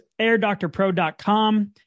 airdoctorpro.com